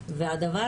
מגדרי.